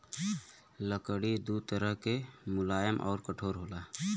लकड़ी दू तरह के मुलायम आउर कठोर होला